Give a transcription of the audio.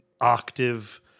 octave